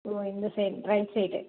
ஓ இந்த side right side